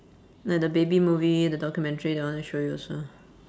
like the baby movie the documentary that I wanna show you also